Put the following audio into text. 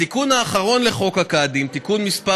בתיקון האחרון לחוק הקאדים, תיקון מס'